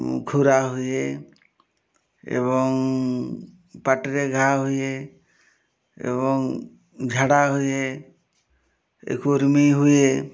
ଖୁରା ହୁଏ ଏବଂ ପାଟିରେ ଘା ହୁଏ ଏବଂ ଝାଡ଼ା ହୁଏ କୃମି ହୁଏ